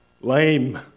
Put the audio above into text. lame